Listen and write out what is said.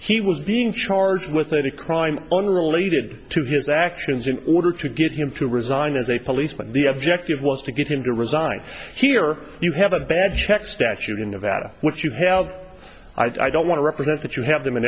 he was being charged with a crime unrelated to his actions in order to get him to resign as a policeman the objective was to get him to resign here you have a bad check statute in nevada which you have i don't want to represent that you have them in